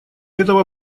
этого